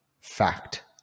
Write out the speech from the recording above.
fact